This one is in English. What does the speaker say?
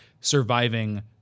surviving